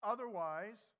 Otherwise